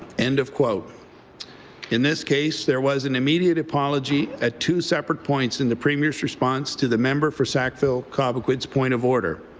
and in this case, there was an immediate apology at two separate points in the premier's response to the member for sackville-cobequid's point of order.